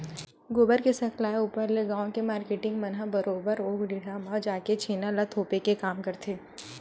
गोबर के सकलाय ऊपर ले गाँव के मारकेटिंग मन ह बरोबर ओ ढिहाँ म जाके छेना ल थोपे के काम करथे